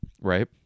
right